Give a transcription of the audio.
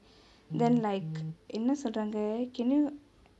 then like என்ன சொல்றாங்கே:enna soldrangae can you